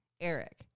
Eric